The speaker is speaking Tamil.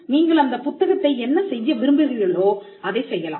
நீங்கள் அந்தப் புத்தகத்தை என்ன செய்ய விரும்புகிறீர்களோ அதை செய்யலாம்